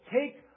take